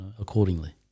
accordingly